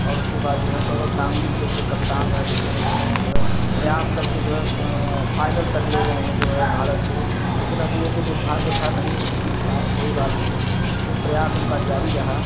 और उसके बाद जो है सौरव गांगुली जैसे कप्तान रह चुके हैं जिन्होंने जो है प्रयास करके जो है फाइनल तक ले गए हैं जो है भारत को लेकिन अब ये तो दुर्भाग्य था नहीं जीत पाए कोई बात नहीं लेकिन प्रयास उनका जारी रहा